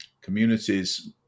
Communities